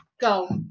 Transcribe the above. go